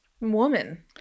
woman